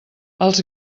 els